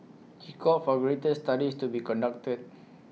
he called for greater studies to be conducted